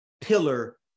pillar